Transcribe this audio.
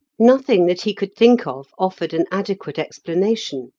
nothing that he could think of offered an adequate explanation.